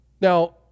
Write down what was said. now